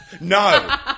No